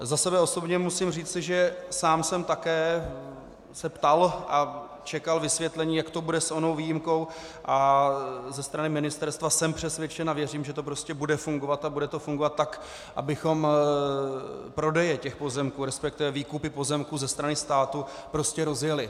Za sebe osobně musím říci, že sám jsem se také ptal a čekal vysvětlení, jak to bude s onou výjimkou, a ze strany ministerstva jsem přesvědčen a věřím, že to prostě bude fungovat, a bude to fungovat tak, abychom prodeje těch pozemků, resp. výkupy pozemků ze strany státu, prostě rozjeli.